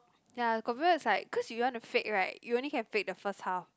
ya got people is like cause you want to fake right you only can fake the first half